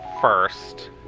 first